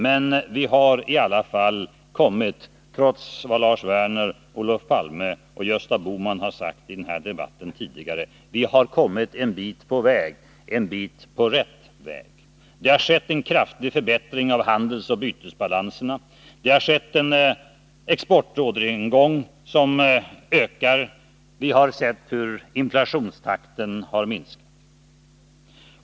Men vi har i alla fall — trots vad Lars Werner, Olof Palme och Gösta Bohman har sagt i den här debatten tidigare — kommit en bit på rätt väg. Det har skett en kraftig förbättring av handelsoch bytesbalanserna, exportorderingången ökade, och vi har sett hur inflationstakten har minskat.